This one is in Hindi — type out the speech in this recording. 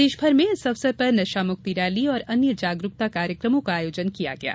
प्रदेश भर में इस अवसर पर नशामुक्ति रैली और अन्य जागरुकता कार्यकमों का आयोजन किये गये